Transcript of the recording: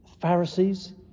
Pharisees